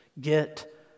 get